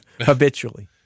Habitually